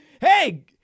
Hey